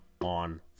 on